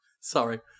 Sorry